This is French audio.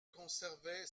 conservaient